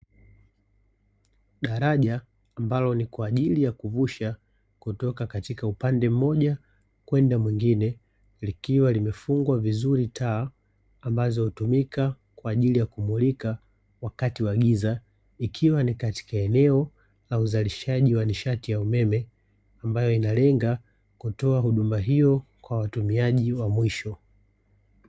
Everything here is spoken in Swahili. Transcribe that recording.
Daraja ambalo ni kwa ajili ya kuvusha kutoka katika upande mmoja kwenda mwingine, likiwa limefungwa vizuri taa ambazo hutumika kwa ajili ya kumulika wakati wa giza, ikiwa ni katika eneo la uzalishaji wa nishati ya umeme ambayo inalenga kutoa huduma hiyo kwa watumiaji wa mwisho .